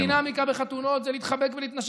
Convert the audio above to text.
שהדינמיקה בחתונות זה להתחבק ולהתנשק,